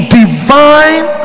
divine